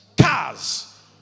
cars